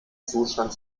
zustand